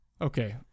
Okay